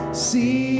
See